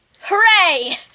Hooray